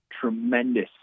tremendous